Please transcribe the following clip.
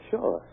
Sure